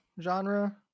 genre